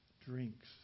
drinks